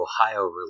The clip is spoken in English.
Ohio